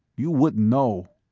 you wouldn't know.